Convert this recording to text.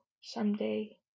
someday